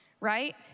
right